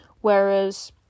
Whereas